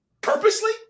purposely